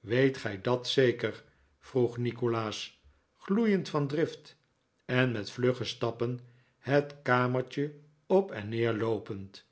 weet gij dat zeker vroeg nikolaas gloeiend van drift en met vlugge stappen het kamertje op en neer loopend